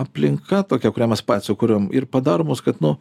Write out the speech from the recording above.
aplinka tokia kurią mes patys sukuriam ir padaro mus kad nu